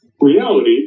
reality